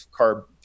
carb